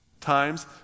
Times